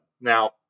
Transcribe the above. Now